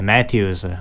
Matthews